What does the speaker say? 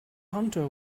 hunter